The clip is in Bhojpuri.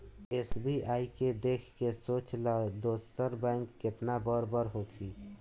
एस.बी.आई के देख के सोच ल दोसर बैंक केतना बड़ बड़ होखी